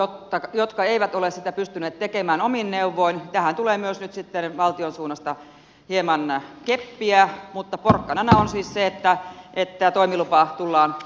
niille jotka eivät ole sitä pystyneet tekemään omin neuvoin tähän tulee myös nyt sitten valtion suunnasta hieman keppiä mutta porkkanana on siis se että toimilupa tullaan myöntämään